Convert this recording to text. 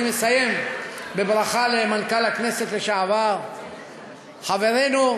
אני מסיים בברכה למנכ"ל הכנסת לשעבר, חברנו.